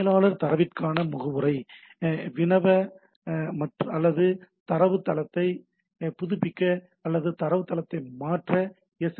மேலாளர் தரவிற்கான முகவரை வினவ அல்லது தரவுத்தளத்தை புதுப்பிக்க அல்லது தரவுத்தளத்தை மாற்ற எஸ்